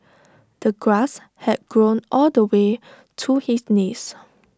the grass had grown all the way to his knees